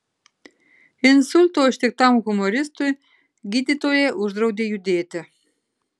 insulto ištiktam humoristui gydytojai uždraudė judėti